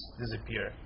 disappear